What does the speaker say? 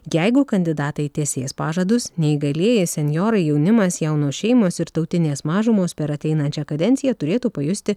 jeigu kandidatai tesės pažadus neįgalieji senjorai jaunimas jaunos šeimos ir tautinės mažumos per ateinančią kadenciją turėtų pajusti